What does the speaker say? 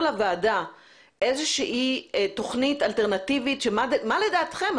לוועדה איזושהי תוכנית אלטרנטיבית מה דעתכם.